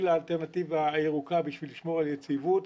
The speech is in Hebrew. לאלטרנטיבה הירוקה בשביל לשמור על יציבות.